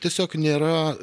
tiesiog nėra